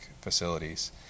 facilities